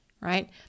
right